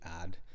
add